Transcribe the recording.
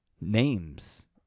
names